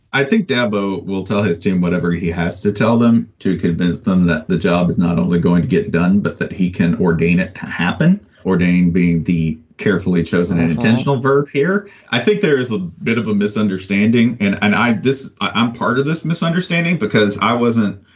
i think dabo will tell his team whatever he has to tell them, to convince them that the job is not only going to get done, but that he can ordain it to happen or dane being the carefully chosen intentional verb here. i think there is a bit of a misunderstanding and and i this i'm part of this misunderstanding because i wasn't.